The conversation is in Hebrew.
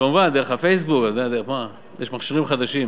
וכמובן דרך הפייסבוק, מה, יש מכשירים חדשים: